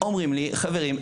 אומרים לי חברים,